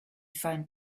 found